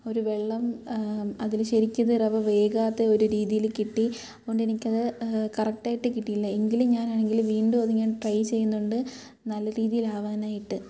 ഒരു വെള്ളം അതിൽ ശരിക്കതു റവ വേകാത്ത ഒരു രീതിയിൽ കിട്ടി അതുകൊണ്ടെനിക്ക് അത് കറക്റ്റായിട്ട് കിട്ടിയില്ല എങ്കിലും ഞാനാണെങ്കിൽ വീണ്ടും അത് ഞാൻ ട്രൈ ചെയ്യുന്നുണ്ട് നല്ല രീതിയിലാവാനായിട്ട്